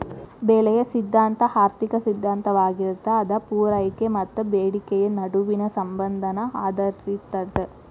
ಬೆಲೆಯ ಸಿದ್ಧಾಂತ ಆರ್ಥಿಕ ಸಿದ್ಧಾಂತವಾಗಿರತ್ತ ಅದ ಪೂರೈಕೆ ಮತ್ತ ಬೇಡಿಕೆಯ ನಡುವಿನ ಸಂಬಂಧನ ಆಧರಿಸಿರ್ತದ